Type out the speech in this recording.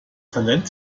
talent